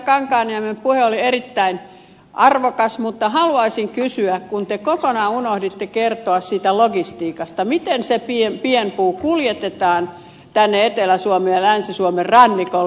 kankaanniemen puhe oli erittäin arvokas mutta haluaisin kysyä kun te kokonaan unohditte kertoa siitä logistiikasta miten se pienpuu kuljetetaan tänne etelä suomeen ja länsi suomen rannikolle